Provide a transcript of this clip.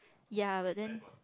ya but then